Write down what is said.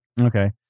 Okay